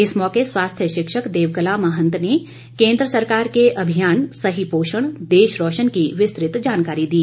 इस मौके स्वास्थ्य शिक्षक देवकला महंत ने केंद्र सरकार के अभियान सही पोषण देश रोशन की विस्तृत जानकादी दी